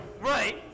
right